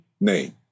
name